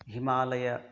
हिमालयम्